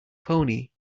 pony